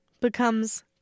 becomes